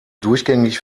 durchgängig